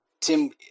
Tim –